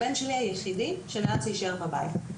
הבן שלי הוא היחידי שנאלץ להישאר בבית.